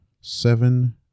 seven